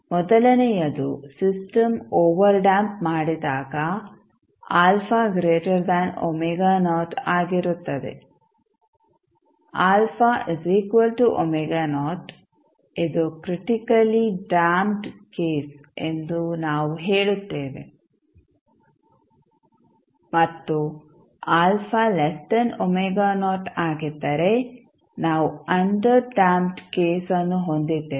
ಮೊದಲನೆಯದು system overdamp ಮಾಡಿದಾಗ ಆಗಿರುತ್ತದೆ ಇದು ಕ್ರಿಟಿಕಲಿ ಡ್ಯಾಂಪ್ಡ್ ಕೇಸ್ ಎಂದು ನಾವು ಹೇಳುತ್ತೇವೆ ಮತ್ತು ಆಗಿದ್ದರೆ ನಾವು ಅಂಡರ್ ಡ್ಯಾಂಪ್ಡ್ ಕೇಸ್ ಅನ್ನು ಹೊಂದಿದ್ದೇವೆ